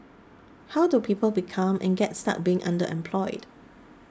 how do people become and get stuck being underemployed